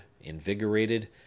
invigorated